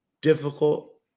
difficult